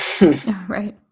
Right